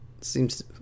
seems